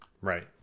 right